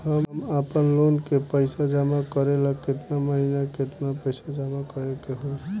हम आपनलोन के पइसा जमा करेला केतना महीना केतना पइसा जमा करे के होई?